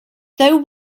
though